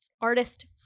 artist